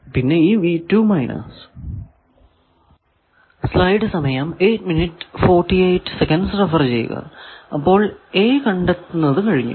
പിന്നെ അപ്പോൾ A കണ്ടെത്തുന്നത് കഴിഞ്ഞു